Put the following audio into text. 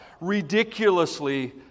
ridiculously